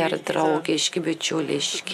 ir draugiški bičiuliški